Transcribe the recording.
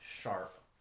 sharp